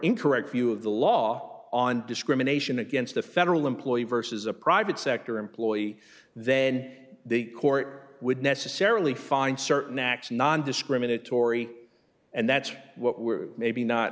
incorrect view of the law on discrimination against the federal employee versus a private sector employee then the court would necessarily find certain acts nondiscriminatory and that's what we're maybe not